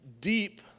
deep